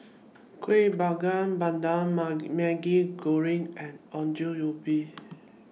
Kuih Bakar Pandan Maggi Goreng and Ongol Ubi